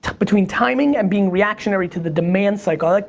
between timing and being reactionary to the demand cycle, like